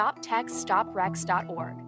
StopTextStopRex.org